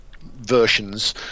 versions